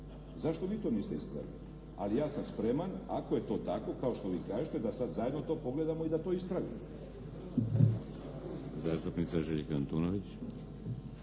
Zašto vi to niste ispravili? Ali ja sam spreman, ako je to tako kao što vi kažete da sad zajedno to pogledamo i da to ispravimo.